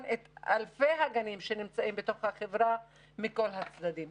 את אלפי הגנים שנמצאים בחברה הערבית מכל הצדדים.